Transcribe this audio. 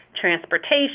transportation